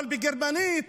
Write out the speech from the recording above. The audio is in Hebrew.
אבל בגרמנית